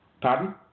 Pardon